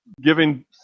giving